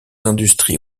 industries